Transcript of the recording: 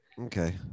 Okay